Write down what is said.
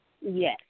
Yes